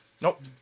Nope